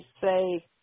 say